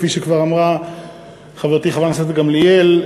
כפי שכבר אמרה חברתי חברת הכנסת גמליאל,